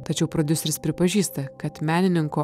tačiau prodiuseris pripažįsta kad menininko